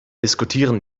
diskutieren